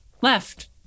left